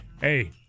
Hey